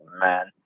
man